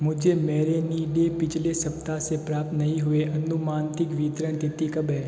मुझे मैरिनीडे पिछले सप्ताह से प्राप्त नहीं हुए अनुमानित वितरण तिथि कब है